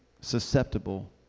susceptible